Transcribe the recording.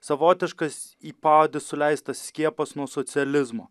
savotiškas į paodį suleistas skiepas nuo socializmo